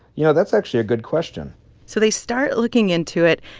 you know, that's actually a good question so they start looking into it,